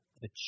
The